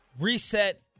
reset